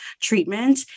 treatment